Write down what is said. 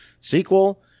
sequel